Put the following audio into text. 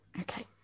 Okay